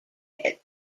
head